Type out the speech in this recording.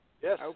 Yes